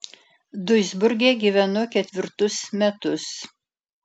duisburge gyvenu ketvirtus metus